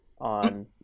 on